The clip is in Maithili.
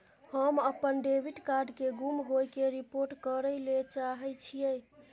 हम अपन डेबिट कार्ड के गुम होय के रिपोर्ट करय ले चाहय छियै